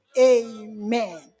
Amen